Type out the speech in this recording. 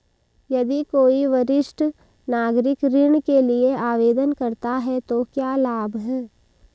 यदि कोई वरिष्ठ नागरिक ऋण के लिए आवेदन करता है तो क्या लाभ हैं?